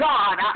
God